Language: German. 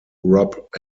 rob